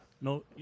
No